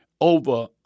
over